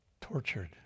tortured